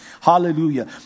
Hallelujah